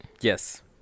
Yes